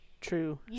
True